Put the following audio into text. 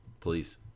Please